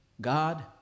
God